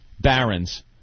Barons